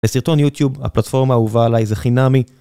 לסרטון יוטיוב הפלטפורמה האהובה עליי זה חינמי